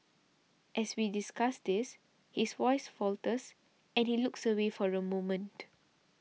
as we discuss this his voice falters and he looks away for a moment